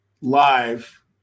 live